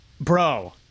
Bro